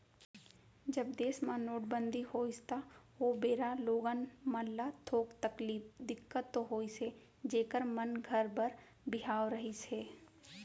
जब देस म नोटबंदी होइस त ओ बेरा लोगन मन ल थोक तकलीफ, दिक्कत तो होइस हे जेखर मन घर बर बिहाव रहिस हे